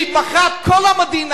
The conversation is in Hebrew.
היא מכרה את כל המדינה,